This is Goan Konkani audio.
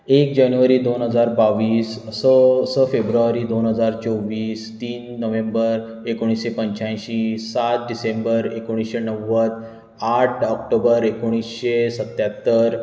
एक जानेवारी दोन हजार बाव्वीस स स फेब्रुवारी दोन हजार चोव्वीस तीन नोवेंबर एकोणिशें पंचायशीं सात डिसेंबर एकोणिशें णव्वद आठ ऑक्टोबर एकोणिशें सत्यात्तर